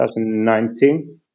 2019